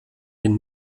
den